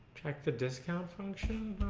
check the discount function.